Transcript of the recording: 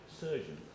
surgeon